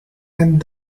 and